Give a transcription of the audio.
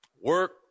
Work